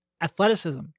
athleticism